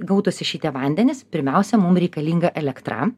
gautųsi šitie vandenys pirmiausia mum reikalinga elektra